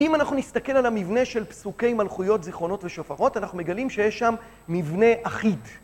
אם אנחנו נסתכל על המבנה של פסוקי מלכויות, זיכרונות ושופרות, אנחנו מגלים שיש שם מבנה אחיד.